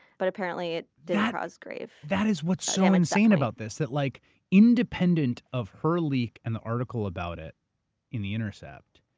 but apparently it didn't cause grave. that is what's so insane about this, that like independent of her leak and the article about it in the intercept,